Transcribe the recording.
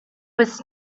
was